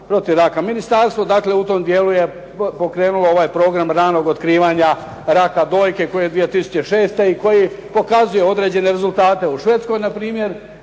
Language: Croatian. protiv raka. Ministarstvo dakle u tom dijelu je pokrenulo ovaj program ranog otkrivanja raka dojke koji je 2006. i koji pokazuje određene rezultate u Švedskoj na primjer